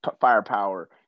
firepower